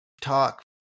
Talk